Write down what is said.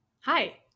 Hi